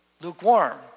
lukewarm